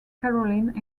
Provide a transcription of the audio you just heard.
caroline